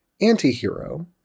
anti-hero